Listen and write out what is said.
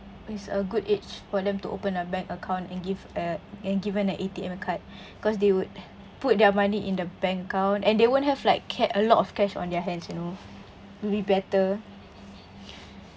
it's a good age for them to open a bank account and give eh and given an A_T_M card cause they would put their money in the bank account and they won't have like ca~ a lot of cash on their hands you know would be better